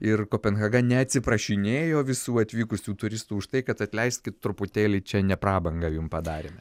ir kopenhaga neatsiprašinėjo visų atvykusių turistų už tai kad atleiskit truputėlį čia ne prabangą jum padarėme